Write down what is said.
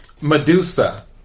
Medusa